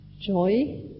joy